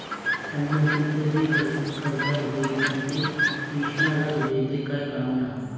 आन्न कितलं भी कसदार व्हयी, पन ते ईषना गत व्हयी ते काय कामनं